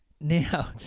Now